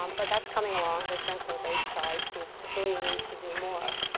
um but that's coming along. there's been some great strides. we clearly need to do more.